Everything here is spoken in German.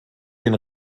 den